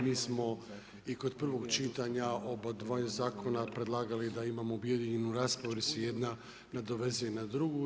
Mi smo i kod prvog čitanja oba dva zakona predlagali da imamo objedinjenu raspravu jer se jedna nadovezuje na drugu.